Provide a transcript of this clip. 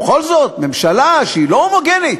בכל זאת, ממשלה שהיא לא הומוגנית.